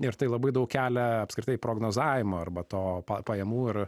ir tai labai daug kelia apskritai prognozavimo arba to pajamų ir